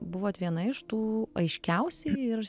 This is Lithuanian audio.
buvot viena iš tų aiškiausiai ir